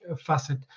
facet